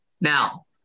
Now